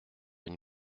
une